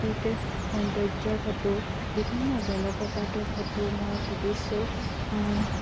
প্ৰাকৃতিক সৌন্দৰ্য্যৰ ফটো বিভিন্ন জলপ্ৰপাতৰ ফটো মই তুলিছোঁ